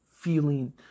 feeling